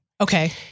Okay